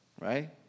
right